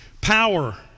Power